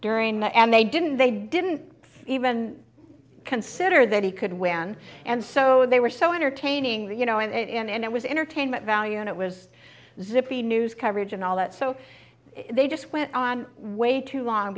during the and they didn't they didn't even consider that he could win and so they were so entertaining that you know and it was entertainment value and it was zippy news coverage and all that so they just went on way too long